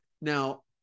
Now